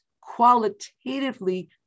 qualitatively